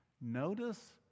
notice